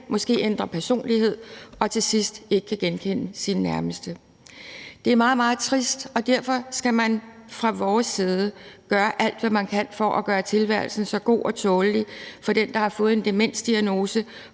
måske ændrer personlighed og til sidst ikke kan genkende sine nærmeste. Det er meget, meget trist, og derfor skal vi fra vores side gøre alt, hvad vi kan, for at gøre tilværelsen så god og tålelig for den, der har fået en demensdiagnose,